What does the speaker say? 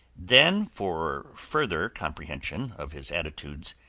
then, for further comprehension of his attitude,